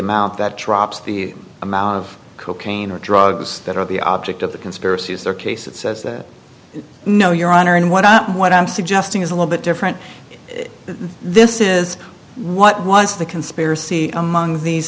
amount that drops the amount of cocaine or drugs that are the object of the conspiracy as their case it says that no your honor and what i'm what i'm suggesting is a little bit different this is what was the conspiracy among these